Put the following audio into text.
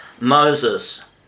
Moses